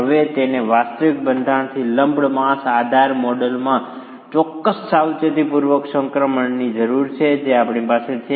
હવે તેને વાસ્તવિક બંધારણમાંથી આ લમ્પ્ડ માસ આદર્શ મોડેલમાં ચોક્કસ સાવચેતી પૂર્વક સંક્રમણની જરૂર છે જે આપણી પાસે છે